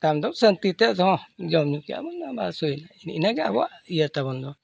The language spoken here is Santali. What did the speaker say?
ᱛᱟᱭᱚᱢ ᱫᱚ ᱥᱟᱹᱱᱛᱤ ᱛᱮ ᱟᱫᱚ ᱡᱚᱢᱼᱧᱩ ᱠᱮᱫᱼᱟ ᱵᱚᱱ ᱵᱟᱥ ᱦᱩᱭᱮᱱᱟ ᱤᱱᱟᱹᱜᱮ ᱟᱵᱚᱣᱟᱜ ᱤᱭᱟᱹ ᱛᱟᱵᱚᱱ ᱫᱚ